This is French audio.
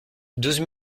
douze